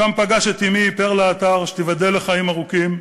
שם פגש את אמי, פרלה עטר, שתיבדל לחיים ארוכים,